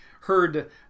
heard